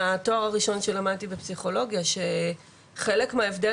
מהתואר הראשון שלמדתי בפסיכולוגיה חלק מההבדל